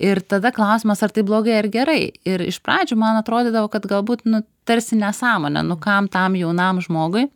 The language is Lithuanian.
ir tada klausimas ar tai blogai ar gerai ir iš pradžių man atrodydavo kad gal būt nu tarsi nesąmonė nu kam tam jaunam žmogui